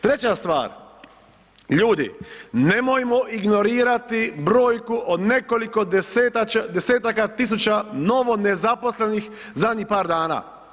Treća stvar, ljudi nemojmo ingorirati brojku od nekoliko desetaka tisuća novo nezaposlenih zadnjih par dana.